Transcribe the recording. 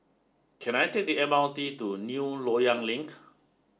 can I take the M R T to New Loyang Link